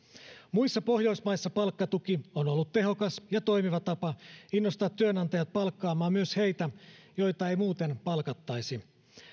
muissa pohjoismaissa palkkatuki on ollut tehokas ja toimiva tapa innostaa työnantajat palkkaamaan myös heitä joita ei muuten palkattaisi